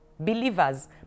Believers